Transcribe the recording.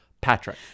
Patrick